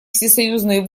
всесоюзные